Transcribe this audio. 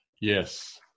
Yes